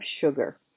sugar